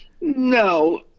No